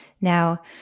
Now